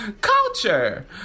culture